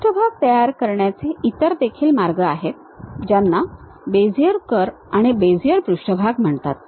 पृष्ठभाग तयार करण्याचे इतर मार्ग देखील आहेत ज्यांना बेझियर कर्व आणि बेझियर पृष्ठभाग म्हणतात